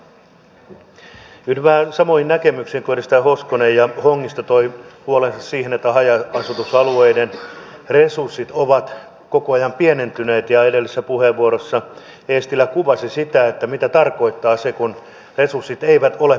yhdyn vähän samoihin näkemyksiin kuin edustajat hoskonen ja hongisto jotka toivat huolensa siitä että haja asutusalueiden resurssit ovat koko ajan pienentyneet ja edellisessä puheenvuorossa eestilä kuvasi sitä mitä tarkoittaa se kun resurssit eivät ole paikalla